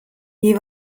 wie